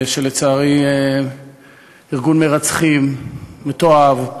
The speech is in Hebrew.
שלצערי ארגון מרצחים מתועב,